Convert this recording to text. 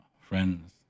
friends